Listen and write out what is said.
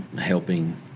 helping